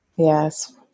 Yes